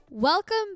welcome